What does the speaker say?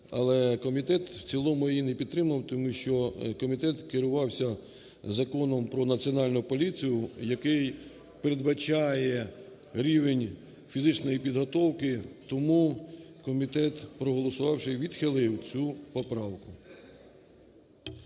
але комітет в цілому її не підтримав, тому що комітет керувався Законом про Національну поліцію, який передбачає рівень фізичної підготовки. Тому комітет проголосувавши відхилив цю поправку.